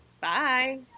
Bye